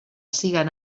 siguen